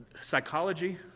Psychology